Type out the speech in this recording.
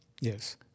Yes